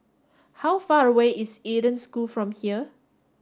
how far away is Eden School from here